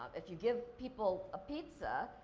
if you give people a pizza,